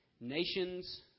Nations